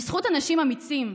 בזכות אנשים אמיצים,